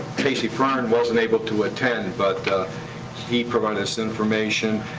casey fern wasn't able to attend, but he provided us information.